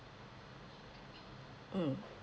mm